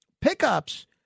Pickups